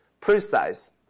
precise